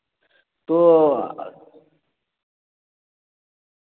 تو